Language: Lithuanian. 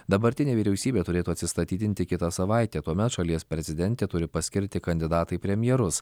dabartinė vyriausybė turėtų atsistatydinti kitą savaitę tuomet šalies prezidentė turi paskirti kandidatą į premjerus